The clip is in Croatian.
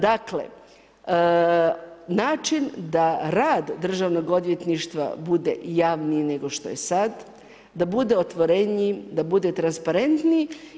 Dakle način da rad državnog odvjetništva bude javniji nego što je sada, da bude otvoreniji, da bude transparentniji.